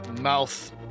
Mouth